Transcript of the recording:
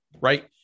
right